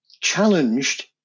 challenged